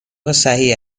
صحیح